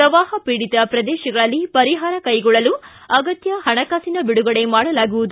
ಪ್ರವಾಹ ಪೀಡಿತ ಪ್ರದೇಶಗಳಲ್ಲಿ ಪರಿಹಾರ ಕೈಗೊಳ್ಳಲು ಅಗತ್ಯ ಹಣಕಾಸಿನ ಬಿಡುಗಡೆ ಮಾಡಲಾಗುವುದು